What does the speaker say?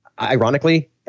Ironically